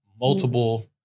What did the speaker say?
multiple